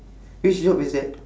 which job is that